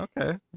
Okay